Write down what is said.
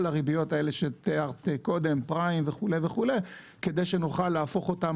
הריביות שתיארת קודם - פריים וכו' כדי שנוכל להפוך אותן